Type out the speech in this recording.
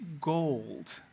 gold